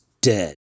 dead